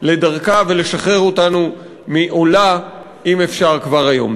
לדרכה ולשחרר אותנו מעולה, אם אפשר כבר היום.